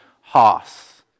hoss